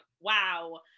wow